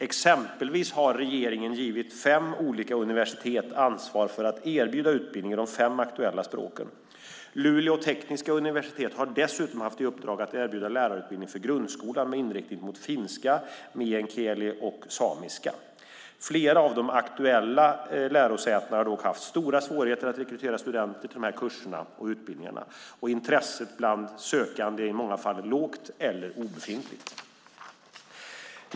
Exempelvis har regeringen gett fem olika universitet ansvar för att erbjuda utbildning i de fem aktuella språken. Luleå tekniska universitet har dessutom haft i uppdrag att erbjuda lärarutbildning för grundskolan med inriktning mot finska, meänkieli och samiska. Flera av de aktuella lärosätena har dock haft stora svårigheter att rekrytera studenter till dessa kurser och utbildningar. Intresset är i många fall lågt eller obefintligt.